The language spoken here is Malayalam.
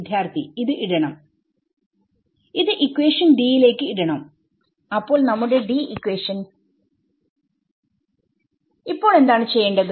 വിദ്യാർത്ഥി ഇത് ഇടണം ഇത് ഇക്വേഷൻ D യിലേക്ക് ഇടണം അപ്പോൾ നമ്മുടെ D ഇക്വേഷൻ ഇപ്പോൾ എന്താണ് ചെയ്യേണ്ടത്